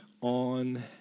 on